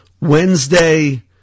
Wednesday